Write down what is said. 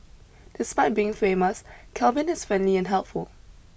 despite being famous Kelvin is friendly and helpful